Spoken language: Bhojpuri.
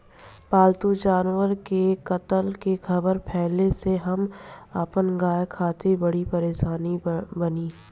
पाल्तु जानवर के कत्ल के ख़बर फैले से हम अपना गाय खातिर बड़ी परेशान बानी